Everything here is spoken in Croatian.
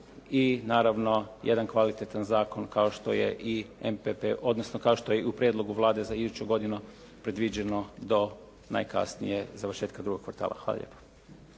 i naravno jedan kvalitetan zakon kao što je i MPP, odnosno kao što je i u prijedlogu Vlade za iduću godinu predviđeno do najkasnije završetka drugog kvartala. Hvala lijepo.